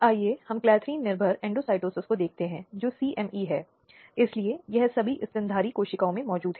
दूसरा अधिकार कानूनी प्रतिनिधित्व से संबंधित है सभी को वकील रखने का अधिकार है